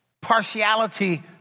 partiality